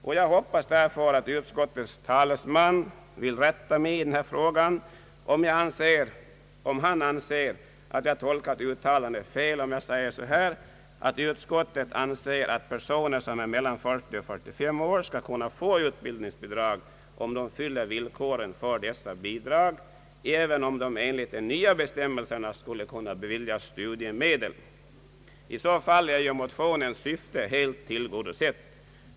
Min förhoppning är att utskottets talesman vill rätta mig om han anser att jag tolkat utlåtandet fel, när jag säger att utskottet anser att personer mellan 40 och 45 år skall kunna få utbildningsbidrag om de uppfyller villkoren för dessa bidrag, även om de enligt de nya bestämmelserna skulle kunna beviljas studiemedel. I så fall är ju motionens syfte helt tillgodosett.